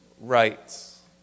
rights